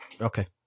Okay